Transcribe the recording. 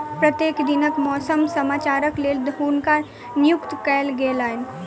प्रत्येक दिनक मौसम समाचारक लेल हुनका नियुक्त कयल गेलैन